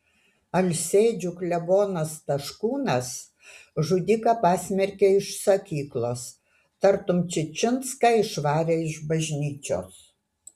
alsėdžių klebonas taškūnas žudiką pasmerkė iš sakyklos tartum čičinską išvarė iš bažnyčios